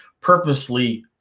purposely